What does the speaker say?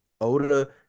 Oda